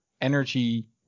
energy